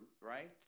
right